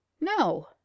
no